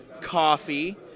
coffee